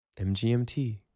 MGMT